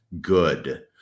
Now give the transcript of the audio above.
good